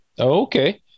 Okay